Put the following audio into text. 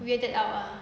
weired out ah